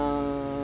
err